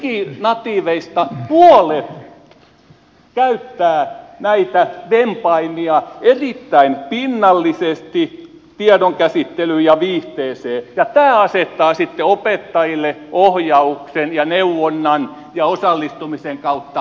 niin näistä diginatiiveista puolet käyttää näitä vempaimia erittäin pinnallisesti tiedon käsittelyyn ja viihteeseen ja tämä asettaa sitten opettajille ohjauksen ja neuvonnan ja osallistumisen kautta huikeat haasteet